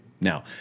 now